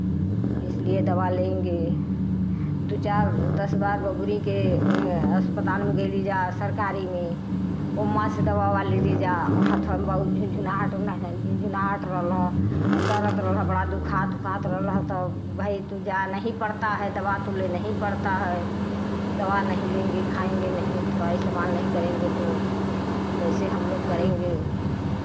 इसलिए दवा लेंगे दो चार दस बार बबरी के अस्पताल में गइली जा सरकारी में ओमा से दवा ओवा लेने जा हथवा में बहुत झुनझुनाहट उना है झुनझुनाहट रहला दरद रहला बड़ा दुखात उखात रहला तो भई तो जाना ही पड़ता है दवा तो लेना ही पड़ता है दवा नहीं लेंगे खाएँगे नहीं थोड़ा इस्तेमाल नहीं करेंगे तो कैसे हम लोग करेंगे